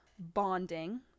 bonding